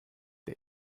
der